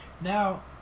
Now